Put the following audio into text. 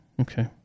Okay